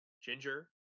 Ginger